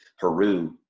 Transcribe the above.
Haru